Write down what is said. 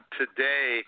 today